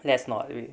let's not wait